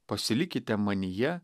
pasilikite manyje